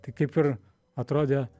taip kaip ir atrodė